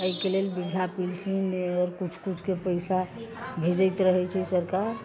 एहिके लेल वृद्धा पेंसन किछु किछुके पैसा भेजैत रहै छै सरकार